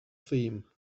theme